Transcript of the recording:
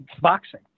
boxing